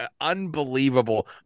Unbelievable